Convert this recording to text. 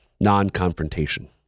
non-confrontation